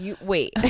Wait